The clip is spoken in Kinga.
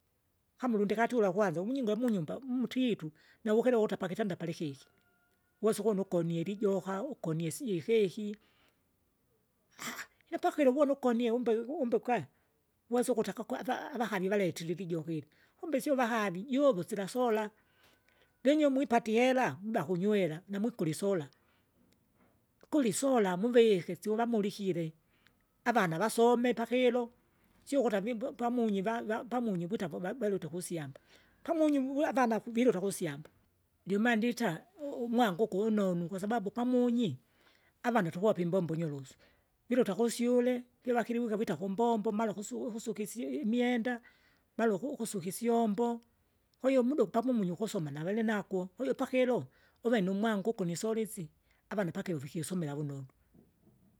Kama ulingatula kwanza uvunyinge munyumba mutitu, nauvikere wukuta pakitanda palikiki, wosa ukuno ukunie ilijoka, ukonie sijui ikeki, lino pakilo uvoni ukonie umbe umbe ukai, wesa ukuti akakwa ava avakali valete lilijoka ilyo. Kumbe sio vahavi juve sila sola, vinyi mwipatie ihera mwiba kunywera, namwokule isola, kuli isola muvike siomuvamulilikile, avana vasome pakilo, sio ukuta avimbo pamunyi vava pamunyi wita vita poba balute, pamunyi wu- avana viluta kusyamaba, ndiuma ndita, umwanga uku unonu, kwasabau pamunyi, avana tukuvapa tukuvapa imbombo nyorosu, jiruta kusyule pyuva kiliwika wita kumbombo, mara ukusu ukusuka isyi imwenda, mara ukusuka isyombo, kwahiyo umuda upamung'unyi ukusoma navenenago, kwahiyo pakil, uve numwanga ugu niola isi, avana pakilo vikisomela vunonu.